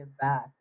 back